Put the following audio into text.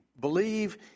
Believe